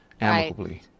amicably